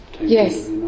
Yes